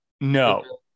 no